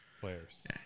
players